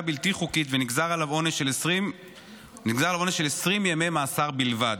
בלתי חוקית ונגזר עליו עונש של 20 ימי מאסר בלבד,